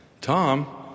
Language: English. Tom